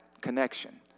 connection